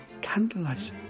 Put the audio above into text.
candlelight